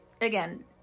again